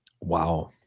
Wow